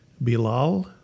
Bilal